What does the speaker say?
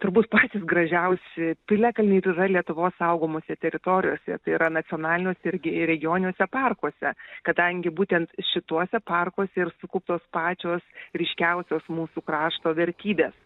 turbūt patys gražiausi piliakalniai tai yra lietuvos saugomose teritorijose tai yra nacionaliniuose irgi ir regioniuose parkuose kadangi būtent šituose parkuose ir sukauptos pačios ryškiausios mūsų krašto vertybės